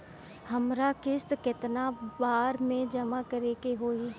हमरा किस्त केतना बार में जमा करे के होई?